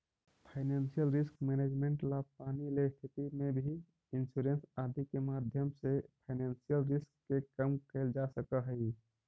financial risk management ला पानी ले स्थिति में भी इंश्योरेंस आदि के माध्यम से फाइनेंशियल रिस्क के कम कैल जा सकऽ हई